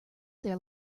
their